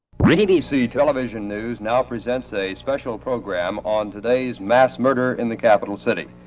rini dc television news now presents a special program on today's mass murder in the capital city